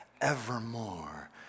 evermore